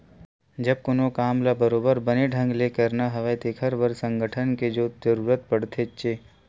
जब कोनो काम ल बरोबर बने ढंग ले करना हवय तेखर बर संगठन के तो जरुरत पड़थेचे